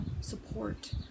support